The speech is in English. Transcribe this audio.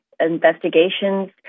investigations